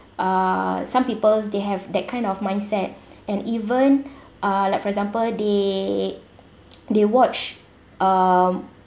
uh some people they have that kind of mindset and even uh like for example they they watch um